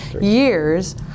years